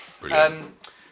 brilliant